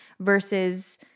versus